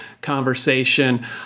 conversation